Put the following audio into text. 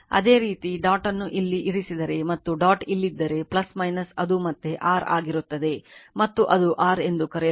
ಅದೇ ರೀತಿ ಡಾಟ್ ಅನ್ನು ಇಲ್ಲಿ ಇರಿಸಿದರೆ ಮತ್ತು ಡಾಟ್ ಇಲ್ಲಿದ್ದರೆ ಅದು ಮತ್ತೆ r ಆಗಿರುತ್ತದೆ ಮತ್ತು ಅದು r ಎಂದು ಕರೆಯಲ್ಪಡುತ್ತದೆ